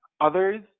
others